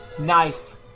knife